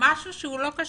משהו שהוא לא קשור.